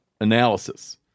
analysis